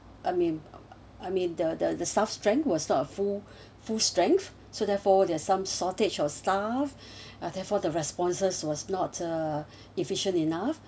I mean I mean the the the staff strength was not a full full strength so therefore there're some shortage of staff ah therefore the responses was not uh efficient enough